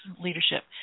leadership –